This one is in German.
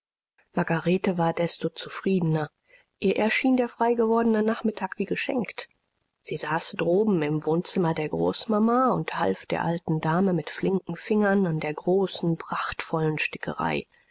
margarete war desto zufriedener ihr erschien der freigewordene nachmittag wie geschenkt sie saß droben im wohnzimmer der großmama und half der alten dame mit flinken fingern an der großen prachtvollen stickerei